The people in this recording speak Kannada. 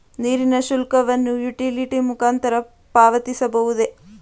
ನೀರಿನ ಶುಲ್ಕವನ್ನು ಯುಟಿಲಿಟಿ ಮುಖಾಂತರ ಪಾವತಿಸಬಹುದೇ?